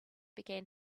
began